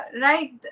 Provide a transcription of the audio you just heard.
right